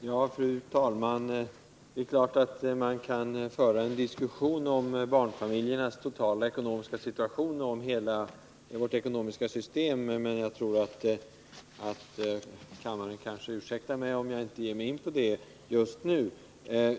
Fru talman! Man kan naturligtvis föra en diskussion om barnfamiljernas totala ekonomiska situation och hela vårt ekonomiska system, men jag tror att kammaren ursäktar mig om jag inte ger mig in i det just nu.